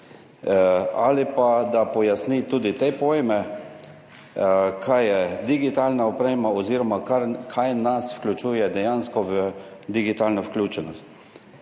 oziroma pojasni tudi te pojme, kaj je digitalna oprema oziroma kaj nas vključuje dejansko v digitalno vključenost.